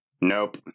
nope